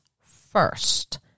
first